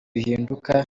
bihinduka